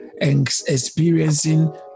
experiencing